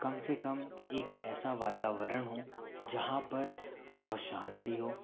कम से कम एक ऐसा वातावरण हो जहाँ पर बहुत शांति हो